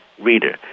reader